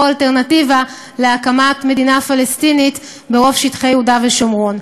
אלטרנטיבה להקמת מדינה פלסטינית ברוב שטחי יהודה ושומרון.